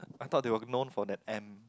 I thought they were known for that M